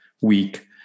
week